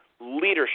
leadership